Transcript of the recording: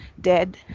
dead